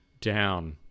down